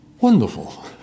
Wonderful